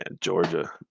Georgia